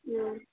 ಊಂ